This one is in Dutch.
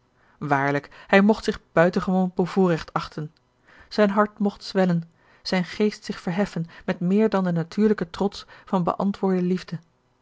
waarlijk hij mocht zich buitengewoon bevoorrecht achten zijn hart mocht zwellen zijn geest zich verheffen met meer dan den natuurlijken trots van beantwoorde liefde